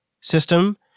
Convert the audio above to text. system